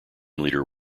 leader